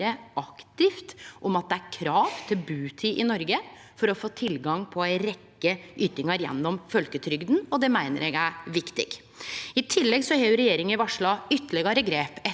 aktivt om at det er krav til butid i Noreg for å få tilgang til ei rekkje ytingar gjennom folketrygda, og det meiner eg er viktig. I tillegg har regjeringa varsla ytterlegare grep etter